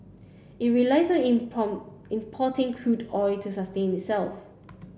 it relies in importing crude oil to sustain itself